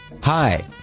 Hi